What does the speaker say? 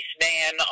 man